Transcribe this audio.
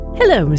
hello